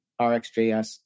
RxJS